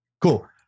cool